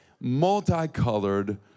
multicolored